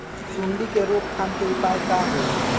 सूंडी के रोक थाम के उपाय का होई?